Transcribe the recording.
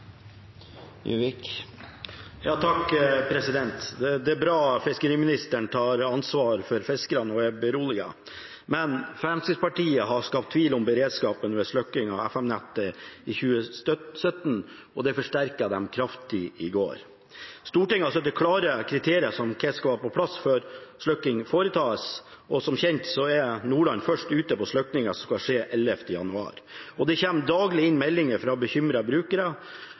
men Fremskrittspartiet har skapt tvil om beredskapen ved slukking av FM-nettet i 2017, og det forsterket de kraftig i går. Stortinget har satt klare kriterier for hva som skal på plass før slukking foretas, og som kjent er Nordland først ute med slukking, det skal skje 11. januar. Det kommer daglig inn meldinger fra bekymrede brukere.